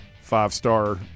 five-star